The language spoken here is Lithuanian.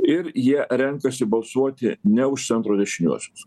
ir jie renkasi balsuoti ne už centro dešiniuosius